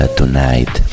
tonight